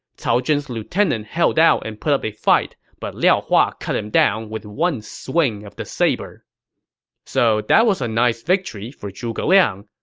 cao zhen's lieutenant held out and put up a fight, but liao hua cut him down with one swing of the saber so that was a nice victory for zhuge liang,